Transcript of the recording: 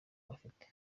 bafite